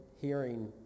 hearing